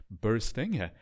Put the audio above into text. bursting